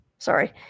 sorry